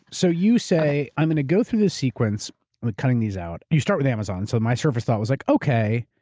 so you say, i'm gonna go through this sequence cutting these out, you start with amazon, so my sort of first thought was like, okay,